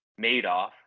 Madoff